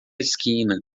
esquina